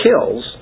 kills